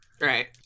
right